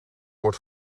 word